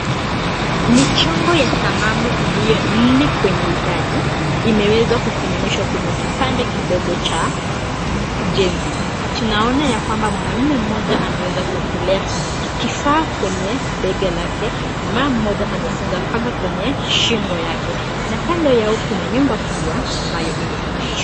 Michongo ya sanamu iliyo nne kwenye idadi imewezwa kusimamishwa kwenye kipande kidogo cha ujenzi. Tunaona yakwamba mwanaume mmoja ameweza kuwekelea kifaa kwenye bega lake, mama mmoja amefunga kanga kwenye shingo yake na kando yao kuna nyumba kubwa ambayo imesimamishwa.